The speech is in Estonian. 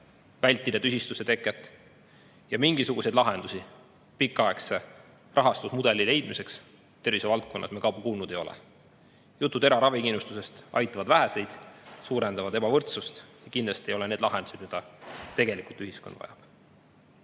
vältida tüsistuste teket. Mingisuguseid lahendusi pikaaegse rahastusmudeli leidmiseks tervisevaldkonnas me kuulnud ei ole. Jutud eraravikindlustusest aitavad väheseid, selline võimalus suurendaks ebavõrdsust ja kindlasti ei ole see lahendus, mida tegelikult ühiskond vajab.